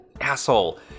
asshole